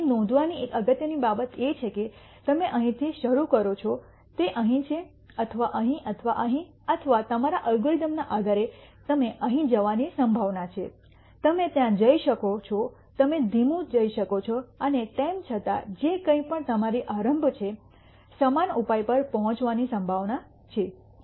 અહીં નોંધવાની એક અગત્યની બાબત એ છે કે તમે અહીંથી શરૂ કરો છો તે અહીં છે અથવા અહીં અથવા અહીં અથવા તમારા અલ્ગોરિધમના આધારે તમે અહીં જવાની સંભાવના છે તમે ત્યાં જઇ શકો છો તમે ધીમું જઇ શકો છો અને તેમ છતાં જે કંઈ પણ તમારી આરંભ છે સમાન ઉપાય પર પહોંચવાની સંભાવના છે